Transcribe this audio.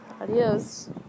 adios